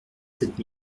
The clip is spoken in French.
sept